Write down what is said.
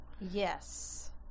Yes